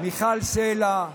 מיכל סלע,